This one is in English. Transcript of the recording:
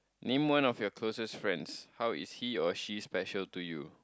name one of your closest friends how is he or she special to you